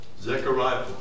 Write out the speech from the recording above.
Zechariah